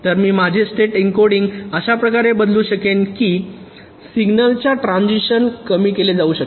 तर मी माझे स्टेट एन्कोडिंग अशा प्रकारे वापरू शकेन की सिग्नल च्या ट्रान्झिशन कमी केले जाऊ शकते